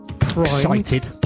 Excited